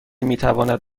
میتواند